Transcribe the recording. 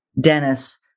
Dennis